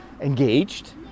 engaged